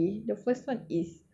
it's fully sponsored